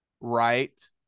right